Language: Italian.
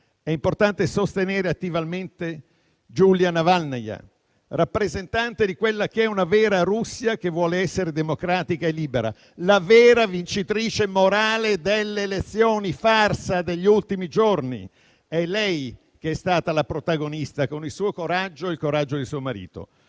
È importante sostenere attivamente Yulia Navalnaya, rappresentante di quella che è una vera Russia che vuole essere democratica e libera, la vera vincitrice morale delle elezioni farsa degli ultimi giorni. È lei che è stata la protagonista, con il suo coraggio e il coraggio di suo marito.